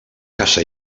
casa